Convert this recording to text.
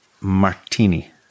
martini